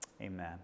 Amen